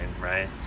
right